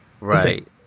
Right